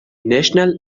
national